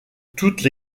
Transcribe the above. toutes